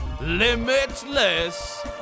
limitless